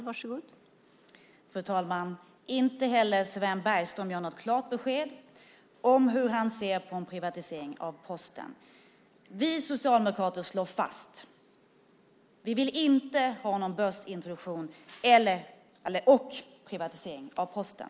Fru talman! Inte heller Sven Bergström ger något klart besked om hur han ser på en privatisering av Posten. Vi socialdemokrater slår fast: Vi vill inte ha någon börsintroduktion och privatisering av Posten.